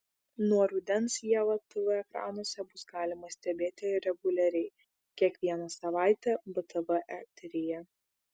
nuo rudens ievą tv ekranuose bus galima stebėti reguliariai kiekvieną savaitę btv eteryje